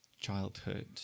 childhood